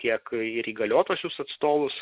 tiek ir įgaliotuosius atstovus